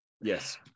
yes